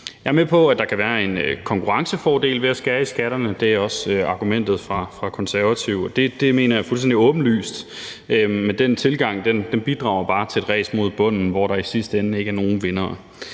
Jeg er med på, at der kan være en konkurrencefordel ved at skære i skatterne, og det er også argumentet fra Konservatives side, og det mener jeg er fuldstændig åbenlyst, men den tilgang bidrager bare til et ræs mod bunden, hvor der i sidste ende ikke er nogen vindere.